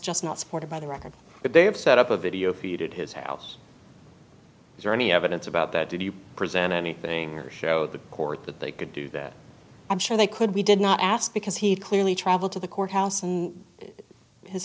just not supported by the record but they have set up a video feed at his house is there any evidence about that did you present anything or show the court that they could do that i'm sure they could we did not ask because he clearly traveled to the courthouse and his